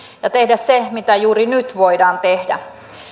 ja tehdä se mitä juuri nyt voidaan tehdä